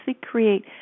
create